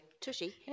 tushy